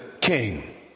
king